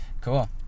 Cool